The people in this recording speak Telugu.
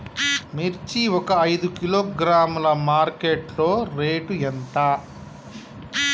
మిర్చి ఒక ఐదు కిలోగ్రాముల మార్కెట్ లో రేటు ఎంత?